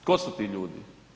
Tko su ti ljudi?